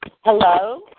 Hello